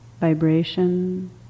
Vibration